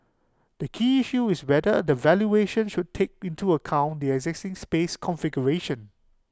the key issue is whether the valuation should take into account the existing space configuration